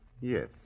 Yes